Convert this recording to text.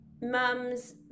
mums